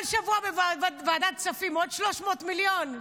כל שבוע בוועדת כספים עוד 300 מיליון?